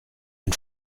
den